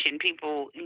people